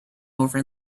over